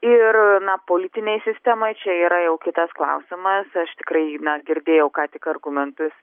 ir na politinei sistemai čia yra jau kitas klausimas aš tikrai na girdėjau ką tik argumentus